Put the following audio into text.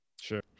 Sure